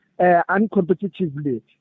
uncompetitively